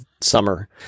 summer